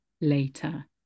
later